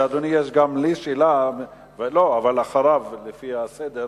אדוני, יש גם לי שאלה, אבל אחריו, לפי הסדר.